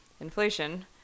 Inflation